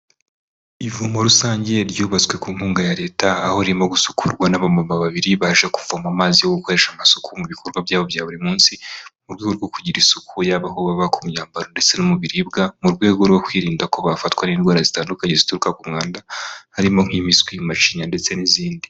Ivomo rusange ryubatswe ku nkunga ya Leta aho ririmo gusukurwa n'abamama babiri baje kuvoma amazi yo gukoresha amasuku mu bikorwa byabo bya buri munsi mu rwego rwo kugira isuku yaba aho baba, ku myambaro, ndetse no mu biribwa mu rwego rwo kwirinda ko bafatwa n'indwara zitandukanye zituruka ku mwanda. Harimo nk'imiswi, mashinya ndetse n'izindi.